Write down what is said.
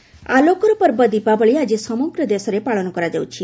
ଦିଓାଲି ଆଲୋକର ପର୍ବ ଦୀପାବଳି ଆଜି ସମଗ୍ର ଦେଶରେ ପାଳନ କରାଯାଉଛି